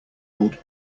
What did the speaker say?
old